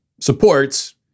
supports